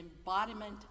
embodiment